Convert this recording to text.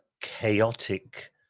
chaotic